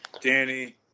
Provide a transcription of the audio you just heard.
Danny